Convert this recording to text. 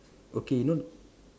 okay know